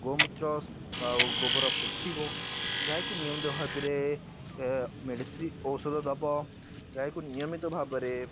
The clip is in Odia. ଗୋମୂତ୍ର ଆଉ ଗୋବର ପୋଛିବ ଗାଈକୁ ନିୟମିତ ଭାବରେ ମେଡ଼ିସିନ୍ ଔଷଧ ଦେବ ଗାଈକୁ ନିୟମିତ ଭାବରେ